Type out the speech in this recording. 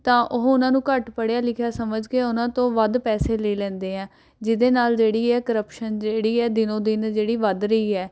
ਤਾਂ ਉਹ ਉਹਨਾਂ ਨੂੰ ਘੱਟ ਪੜ੍ਹਿਆ ਲਿਖਿਆ ਸਮਝ ਕੇ ਉਹਨਾਂ ਤੋਂ ਵੱਧ ਪੈਸੇ ਲੈ ਲੈੈੈਂਦੇ ਆ ਜਿਹਦੇ ਨਾਲ ਜਿਹੜੀ ਆ ਕਰੱਪਸ਼ਨ ਜਿਹੜੀ ਆ ਦਿਨੋ ਦਿਨ ਜਿਹੜੀ ਵੱਧ ਰਹੀ ਹੈ